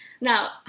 now